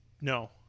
No